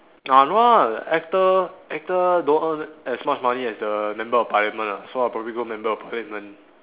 uh no ah actor actor don't earn as much money as the member of parliament ah so I'll probably go member of parliament